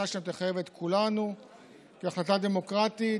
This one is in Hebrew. ההחלטה שלהם תחייב את כולנו כהחלטה דמוקרטית